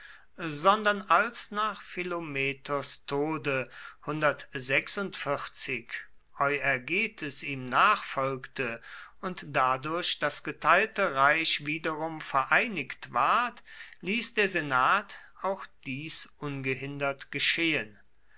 sondern als nach philometors tode euergetes ihm nachfolgte und dadurch das geteilte reich wiederum vereinigt ward ließ der senat auch dies ungehindert geschehen